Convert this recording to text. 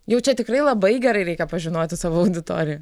jau čia tikrai labai gerai reikia pažinoti savo auditoriją